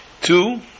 Two